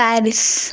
Paris